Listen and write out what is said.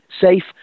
safe